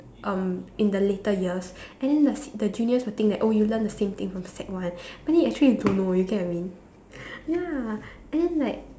um in the later years and then the the juniors will think that oh you learn the same thing from sec one but then you actually you don't know you get what I mean ya and then like